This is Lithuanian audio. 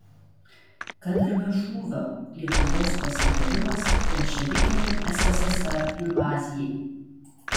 kad ir be šūvio lietuvos pasidavimas bolševikinei sssr invazijai